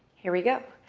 here we go.